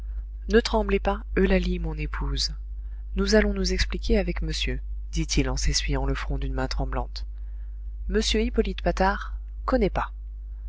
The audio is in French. ne tremblez pas eulalie mon épouse nous allons nous expliquer avec monsieur dit-il en s'essuyant le front d'une main tremblante m hippolyte patard connais pas